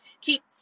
keep